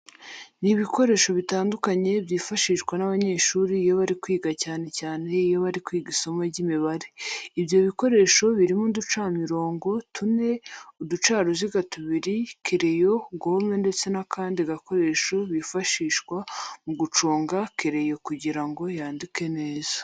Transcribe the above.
Ni ibikoresho bitandukanye byifashishwa n'abanyeshuri iyo bari kwiga cyane cyane iyo bari kwiga isomo ry'imibare. Ibyo bikoresho birimo uducamirongo tune, uducaruziga tubiri, kereyo, gome ndetse n'akandi gakoresho kifashishwa mu guconga kereyo kugira ngo yandike neza.